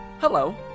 Hello